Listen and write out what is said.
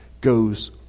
goes